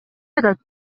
жатат